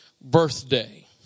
birthday